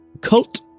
cult